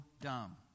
dumb